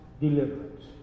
deliverance